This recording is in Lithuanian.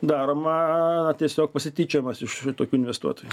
daroma tiesiog pasityčiojimas iš tokių investuotojų